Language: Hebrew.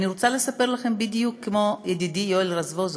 אני רוצה לספר לכם, בדיוק כמו ידידי יואל רזבוזוב,